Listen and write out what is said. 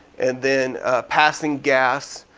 and then passing gas.